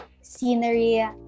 scenery